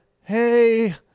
hey